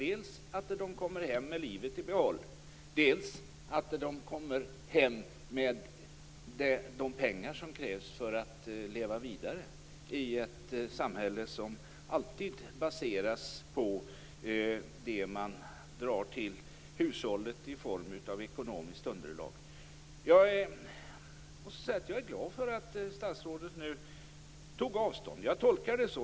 Dels att de kommer hem med livet i behåll, dels att de kommer hem med de pengar som krävs för att leva vidare i ett samhälle som alltid baseras på det som man drar till hushållet i form av ekonomiskt underlag. Jag är glad för att statsrådet tog avstånd. Jag tolkar det så.